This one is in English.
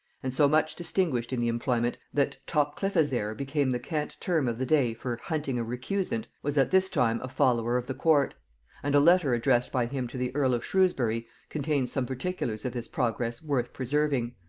and so much distinguished in the employment, that topcliffizare became the cant term of the day for hunting a recusant, was at this time a follower of the court and a letter addressed by him to the earl of shrewsbury contains some particulars of this progress worth preserving.